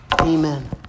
amen